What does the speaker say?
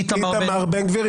איתמר בן גביר.